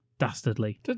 Dastardly